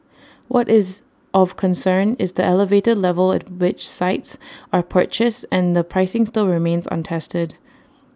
what is of concern is the elevated level at which sites are purchased and the pricing still remains untested